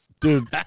dude